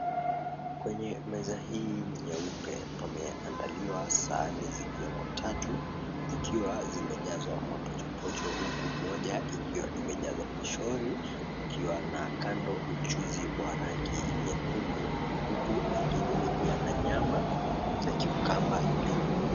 Kwenye meza hii nyeupe, pameandaliwa sahani zikiwemo tatu zikiwa zimejazwa mapochopocho, huku moja ikiwa imejazwa pishori, kukiwa na kando mchuzi wa rangi nyekundu, huku nyingine ikiwa na nyama na cucumber juu.